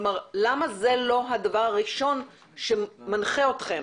כלומר, למה זה לא הדבר הראשון שמנחה אתכם